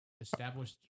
Established